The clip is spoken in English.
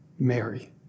Mary